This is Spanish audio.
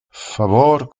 favor